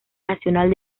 nacional